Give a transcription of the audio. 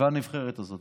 והנבחרת הזאת,